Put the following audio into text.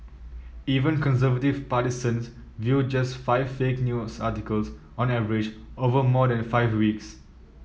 even conservative partisans viewed just five fake news articles on average over more than five weeks